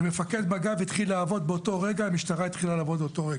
ומפקד מג"ב והמשטרה התחילו לעבוד באותו רגע.